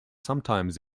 sometimes